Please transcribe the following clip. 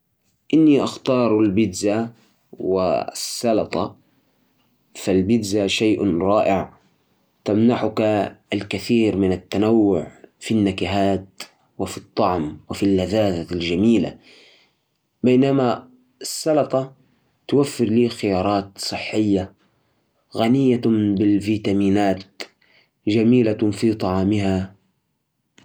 لو كنت مضطر أكل نوعين من الطعام لبقيه حياتي راح أختار الأرز والدجاج الأرز سهل التحضير ويمشي مع أغلب الأكلات والدجاج غني بالبروتين ممكن أطبخه بعدة طرق كمان هذول النوعين يعطوني طاقة كافية ويخلو طعامي متنوع ولذيذ